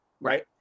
Right